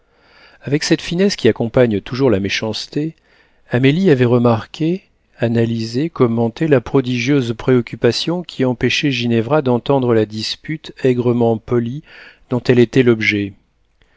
avec cette finesse qui accompagne toujours la méchanceté amélie avait remarqué analysé commenté la prodigieuse préoccupation qui empêchait ginevra d'entendre la dispute aigrement polie dont elle était l'objet